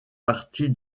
partie